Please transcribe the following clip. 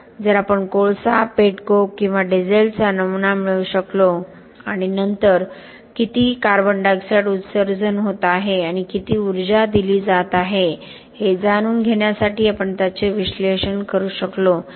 जर आपण कोळसा पेट कोक किंवा डिझेलचा नमुना मिळवू शकलो आणि नंतर किती CO2 उत्सर्जन होत आहे आणि किती ऊर्जा दिली जात आहे हे जाणून घेण्यासाठी आपण त्याचे विश्लेषण करू शकलो तर